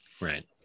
right